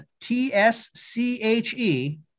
t-s-c-h-e